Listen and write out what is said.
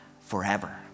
forever